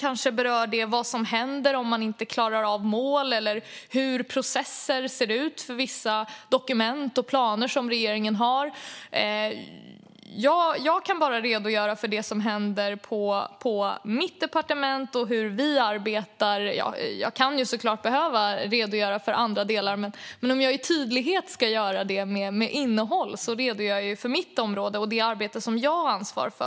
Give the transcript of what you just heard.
Kanske berör de vad som händer om man inte klarar av mål eller hur processer ser ut för vissa dokument och planer som regeringen har. Jag kan bara redogöra för det som händer på mitt departement och hur vi arbetar. Jag kan såklart behöva redogöra för andra delar. Men om jag med tydlighet och med innehåll ska redogöra för något redogör jag för mitt område och det arbete som jag har ansvar för.